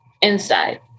inside